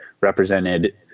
represented